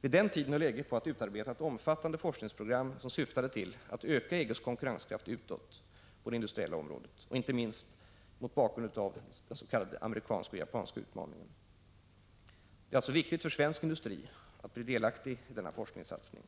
Vid den tiden höll EG på att utarbeta ett omfattande forskningsprogram som syftade till att öka EG:s konkurrenskraft utåt på det industriella området, inte minst mot bakgrund av den s.k. amerikanska och japanska utmaningen. Det är alltså viktigt för svensk industri att bli delaktig i denna forskningssatsning.